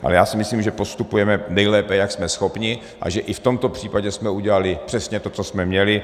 Ale já si myslím, že postupujeme nejlépe, jak jsme schopni, a že i v tomto případě jsme udělali přesně to, co jsme měli.